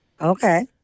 Okay